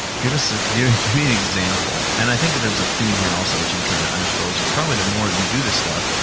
give so yeah me an example. and i think there's a theme here also, which i'm trying to underscore, which is probably the more that you do this stuff,